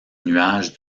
nuages